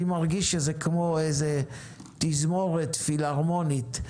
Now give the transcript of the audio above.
זה כמו תזמורת פילהרמונית.